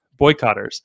boycotters